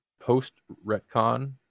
post-retcon